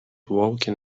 walking